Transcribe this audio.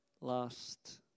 last